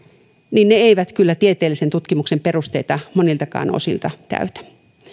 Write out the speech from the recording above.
niin ne eivät kyllä tieteellisen tutkimuksen perusteita moniltakaan osilta täytä